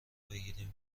بگیریم